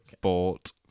bought